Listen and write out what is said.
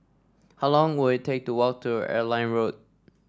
how long will it take to walk to Airline Road